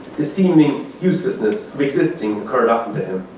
the seeming uselessness existing occurred often to him.